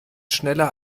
schneller